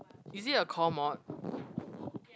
is it a core mod